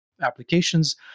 applications